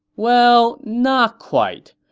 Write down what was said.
well, not quite.